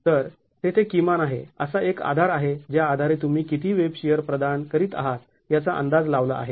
तर तेथे किमान आहे असा एक आधार आहे ज्या आधारे तुम्ही किती वेब शिअर प्रदान करीत आहात याचा अंदाज लावला आहे